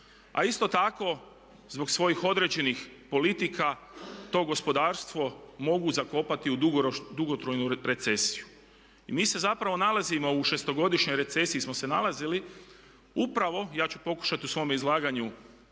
a isto tako zbog svojih određenih politika to gospodarstvo mogu zakopati u dugotrajnu recesiju. I mi se zapravo nalazimo, u 6.-godišnjoj recesiji smo se nalazili, upravo i ja ću pokušati u svome izlaganju